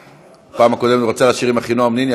בפעם הקודמת הוא רצה לשיר עם אחינועם ניני,